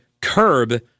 curb